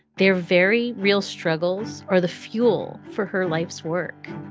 their very real struggles are the fuel for her life's work,